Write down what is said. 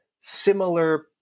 similar